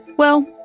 well,